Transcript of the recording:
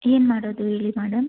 ಏನು ಮಾಡೋದು ಹೇಳಿ ಮ್ಯಾಡಮ್